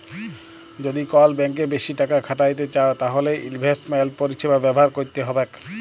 যদি কল ব্যাংকে বেশি টাকা খ্যাটাইতে চাউ তাইলে ইলভেস্টমেল্ট পরিছেবা ব্যাভার ক্যইরতে হ্যবেক